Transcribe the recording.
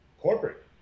corporate